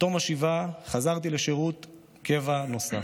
בתום השבעה חזרתי לשירות קבע נוסף.